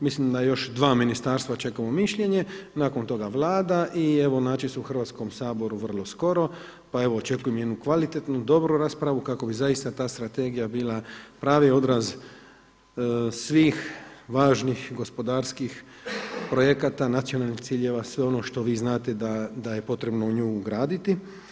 Mislim da još dva ministarstva čekamo mišljenje, nakon toga Vlada i evo naći će se u Hrvatskom saboru vrlo skoro, pa evo očekujem jednu kvalitetnu, dobru raspravu kako bi zaista ta strategija bila pravi odraz svih važnih gospodarskih projekata, nacionalnih ciljeva sve ono što vi znate da je potrebno u nju ugraditi.